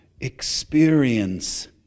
Experience